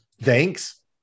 Thanks